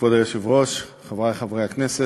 כבוד היושב-ראש, חברי חברי הכנסת,